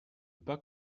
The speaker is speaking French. pas